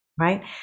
Right